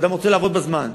או אדם רוצה לעבוד בזמן,